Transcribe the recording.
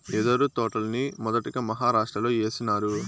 యెదురు తోటల్ని మొదటగా మహారాష్ట్రలో ఏసినారు